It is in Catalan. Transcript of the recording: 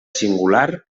singular